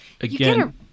again